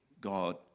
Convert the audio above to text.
God